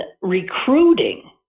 recruiting